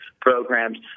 programs